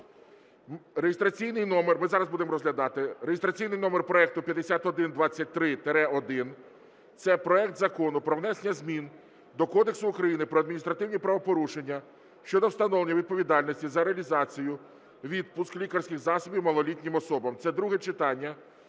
реєстраційний номер проекту 5123-1. Це проект Закону про внесення змін до Кодексу України про адміністративні правопорушення щодо встановлення відповідальності за реалізацію (відпуск) лікарських засобів малолітнім особам. Це друге читання.